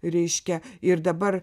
reiškia ir dabar